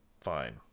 Fine